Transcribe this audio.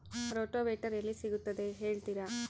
Rotavator ಎಲ್ಲಿ ಸಿಗುತ್ತದೆ ಹೇಳ್ತೇರಾ?